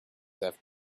have